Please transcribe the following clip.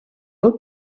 del